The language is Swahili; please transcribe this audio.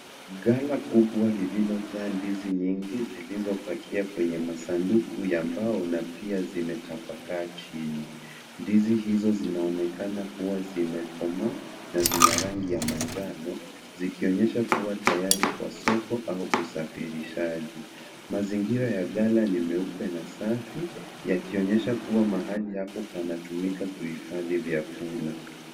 Ghala kubwa lililojaa ndizi nyingi zilizopakia kwenye masanduku ya mbao na pia zimetapakaa chini. Ndizi hizo zinaonekana kuwa zimekomaa, na zina rangi ya manjano, zikionyesha kuwa tayari kwa soko, au usafirishaji. Mazingira ya ghala ni nyeupe na safi, yakionyesha kuwa mahali hapo panatumika kuhifadhi vyakula.